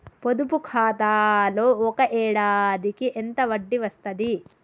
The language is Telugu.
పొదుపు ఖాతాలో ఒక ఏడాదికి ఎంత వడ్డీ వస్తది?